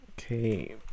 okay